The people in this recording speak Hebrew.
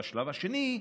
ובשלב השני,